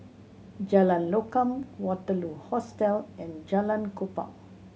Jalan Lokam Waterloo Hostel and Jalan Kupang